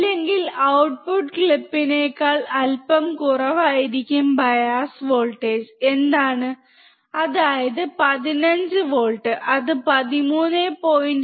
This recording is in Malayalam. അല്ലെങ്കിൽ ഔട്ട്പുട്ട് ക്ലിപ്പിനേക്കാൾ അല്പം കുറവായിരിക്കും ബയാസ് വോൾട്ടേജ് എന്താണ് അതായത് 15 വോൾട്ട് അത് 13